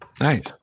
Nice